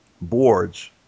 boards